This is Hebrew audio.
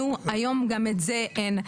היום גם את זה אין.